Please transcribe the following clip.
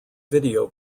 video